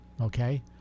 okay